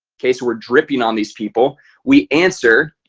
okay, so we're dripping on these people we answer